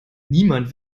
niemand